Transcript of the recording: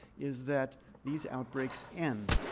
is that these outbreaks end.